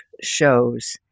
shows